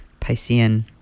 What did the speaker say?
Piscean